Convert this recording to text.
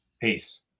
Peace